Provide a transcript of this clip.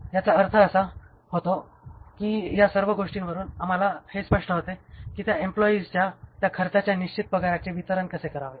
याचा अर्थ असा होतो की या सर्व गोष्टींवरून आम्हाला हे स्पष्ट होते की त्या एम्प्लॉयीसच्या त्या खर्चाच्या निश्चित पगाराचे वितरण कसे करावे